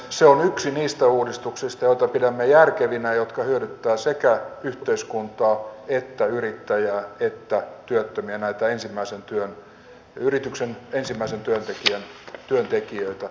se on yksi niistä uudistuksista joita pidämme järkevinä ja jotka hyödyttävät sekä yhteiskuntaa yrittäjää että työttömiä näitä yrityksen ensimmäiseksi palkkaamia työntekijöitä